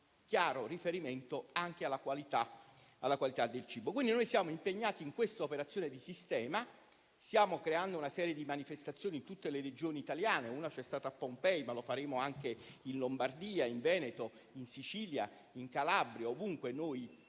chiaro riferimento anche alla qualità del cibo. Noi siamo quindi impegnati in questa operazione di sistema. Stiamo creando una serie di manifestazioni in tutte le Regioni italiane: una c'è stata a Pompei, ma le faremo anche in Lombardia, in Veneto, in Sicilia, in Calabria; ovunque noi